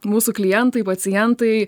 mūsų klientai pacientai